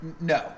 No